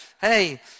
hey